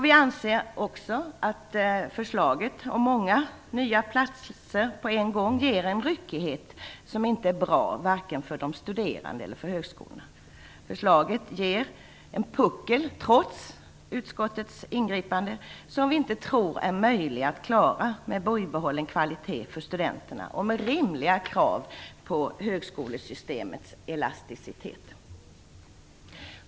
Vi anser också att förslaget om många nya platser på en gång ger en ryckighet som inte är bra för vare sig de studerande eller högskolorna. Förslaget skapar trots utskottets ingripande en puckel, som vi inte tror att det är möjligt att klara med bibehållen kvalitet för studenterna och med rimliga krav på högskolesystemets elasticitet.